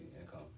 income